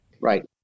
Right